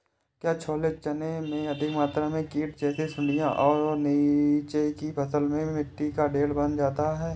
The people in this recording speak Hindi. क्या छोले चने में अधिक मात्रा में कीट जैसी सुड़ियां और नीचे की फसल में मिट्टी का ढेर बन जाता है?